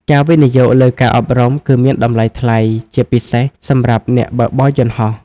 ការវិនិយោគលើការអប់រំ គឺមានតម្លៃថ្លៃ ជាពិសេសសម្រាប់អ្នកបើកបរយន្តហោះ។